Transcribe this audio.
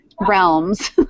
realms